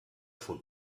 von